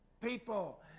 people